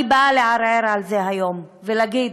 אני באה לערער על זה היום ולהגיד: